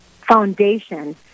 foundation